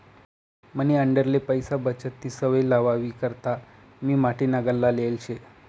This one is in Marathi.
मनी आंडेरले पैसा बचतनी सवय लावावी करता मी माटीना गल्ला लेयेल शे